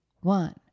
one